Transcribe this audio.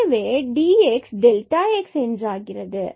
எனவே dx xஎன்றாகிறது